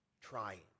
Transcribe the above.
trying